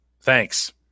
Thanks